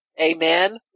Amen